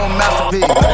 masterpiece